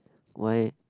why